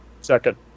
Second